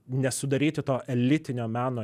nesudaryti to elitinio meno